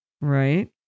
Right